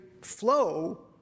flow